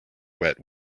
wet